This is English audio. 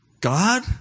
God